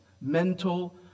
Mental